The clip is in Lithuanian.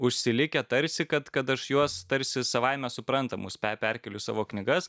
užsilikę tarsi kad kad aš juos tarsi savaime suprantamus pe perkeliu į savo knygas